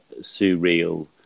surreal